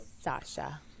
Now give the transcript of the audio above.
Sasha